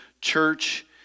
church